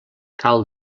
cal